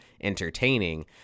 entertaining